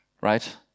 right